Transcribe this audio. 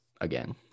again